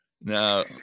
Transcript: now